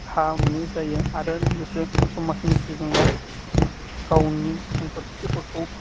साहस मोनि जायो आरो बिसोर समाजनि सिगाङाव गावनि खेंफोरथिफोरखौ